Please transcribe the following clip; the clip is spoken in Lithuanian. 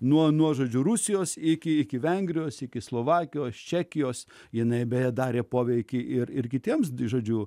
nuo žodžiu rusijos iki iki vengrijos iki slovakijos čekijos jinai beje darė poveikį ir kitiems žodžiu